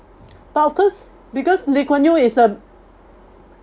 but of course because lee kuan yew is uh